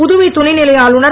புதுவை துணை நிலை ஆளுநர்